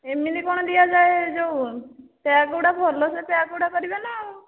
ଏମିତି କଣ ଦିଆଯାଏ ଯେଉଁ ପ୍ୟାକ୍ ଗୁଡ଼ା ଭଲସେ ପ୍ୟାକ୍ ଗୁଡ଼ା କରିବେ ନା ଆଉ